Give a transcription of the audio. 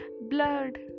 blood